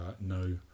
no